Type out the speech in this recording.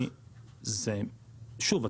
שוב,